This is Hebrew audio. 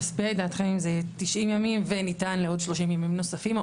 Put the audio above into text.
ישביע את דעתכם אם זה יהיה 90 ימים וניתן לעוד 30 ימים נוספים?